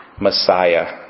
Messiah